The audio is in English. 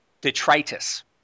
detritus